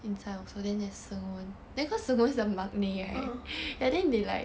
uh